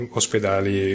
ospedali